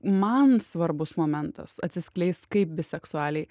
man svarbus momentas atsiskleist kaip biseksualiai